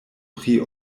pri